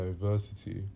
diversity